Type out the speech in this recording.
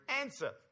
Answer